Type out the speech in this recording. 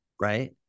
Right